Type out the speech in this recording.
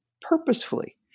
purposefully